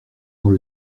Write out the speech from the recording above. quand